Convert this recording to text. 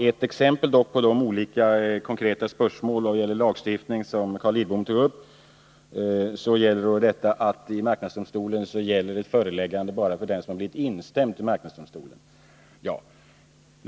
Carl Lidbom tog upp olika konkreta spörsmål vad gäller lagstiftningen, och i det sammanhanget kan nämnas att i marknadsdomstolen gäller ett föreläggande bara för den som blivit instämd till marknadsdomstolen.